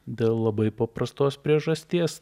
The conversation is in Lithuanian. dėl labai paprastos priežasties